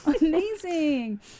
amazing